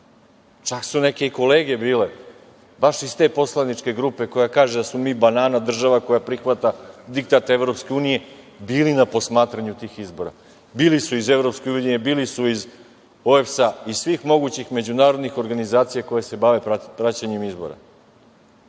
Čak su neke i kolege bile, baš iz te poslaničke grupe koja kaže da smo mi banana država koja prihvata diktat Evropske unije bili na posmatranju tih izbora. Bili su iz EU, bili su iz OEBS-a, iz svih mogućih međunarodnih organizacija koje se bave praćenjem izbora.